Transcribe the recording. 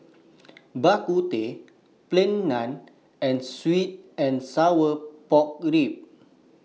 Bak Kut Teh Plain Naan and Sweet and Sour Pork Ribs